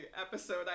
episode